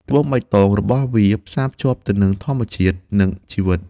ពណ៌បៃតងរបស់វាផ្សារភ្ជាប់ទៅនឹងធម្មជាតិ និងជីវិត។